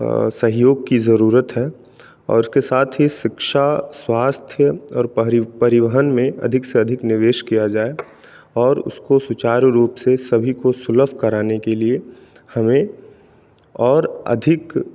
सहयोग कि जरूरत है और उसके साथ ही शिक्षा स्वास्थ्य और परिवहन में अधिक से अधिक निवेश किया जाए और उसको सुचारु रूप से सभी को सुलभ कराने के लिए हमें और अधिक